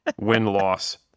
win-loss